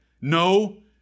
No